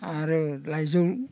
आरो लाइजौ